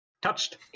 Touched